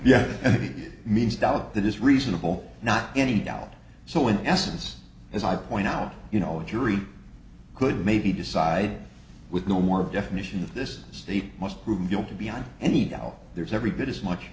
that is reasonable not any doubt so in essence as i point out you know a jury could maybe decide with no more definition of this state must prove guilty beyond any doubt there's every bit as much